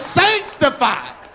sanctified